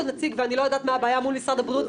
נציג ואני לא יודעת מה הבעיה מול משרד הבריאות,